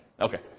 Okay